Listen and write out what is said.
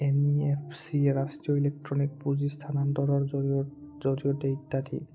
N E F চিৰ জৰিয়তে ইত্যাদি